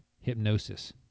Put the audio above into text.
hypnosis